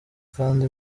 kandi